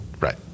Right